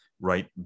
right